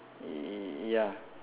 y~ ya